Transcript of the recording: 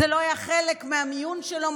זה לא היה חלק מהמיון שלו,